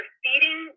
feeding